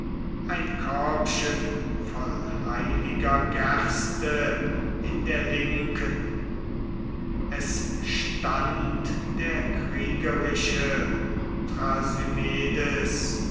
ein körbchen voll heiliger gerste in der linken es stand der kriegrische